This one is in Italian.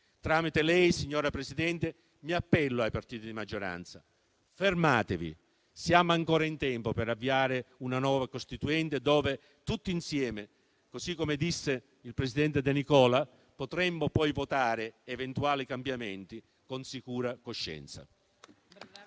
Tramite lei, signora Presidente, mi appello ai partiti di maggioranza. Fermatevi: siamo ancora in tempo per avviare una nuova Costituente dove tutti insieme - così come disse il presidente De Nicola - potremo poi votare eventuali cambiamenti con sicura coscienza.